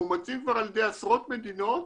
מאומצים כבר על ידי עשרות מדינות.